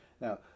Now